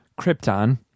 Krypton